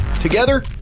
Together